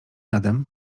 jadem